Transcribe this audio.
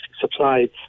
supply